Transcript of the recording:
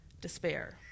despair